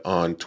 on